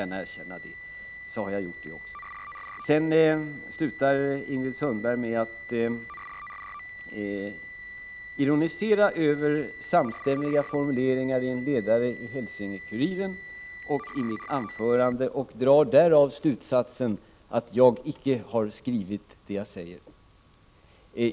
Ingrid Sundberg avslutar med att ironisera över samstämmiga formuleringar i en ledare i HälsingeKuriren och i mitt anförande, och hon drar slutsatsen att jag icke har formulerat det jag säger.